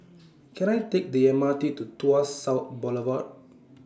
Can I Take The M R T to Tuas South Boulevard